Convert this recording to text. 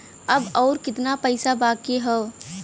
अब अउर कितना पईसा बाकी हव?